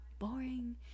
boring